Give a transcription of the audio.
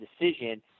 decision